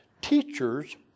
teachers